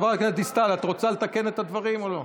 חברת הכנסת דיסטל, את רוצה לתקן את הדברים או לא?